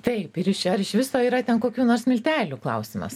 taip ir ar iš viso yra ten kokių nors miltelių klausimas